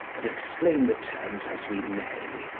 but explain the terms as we may,